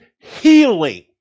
healing